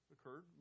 occurred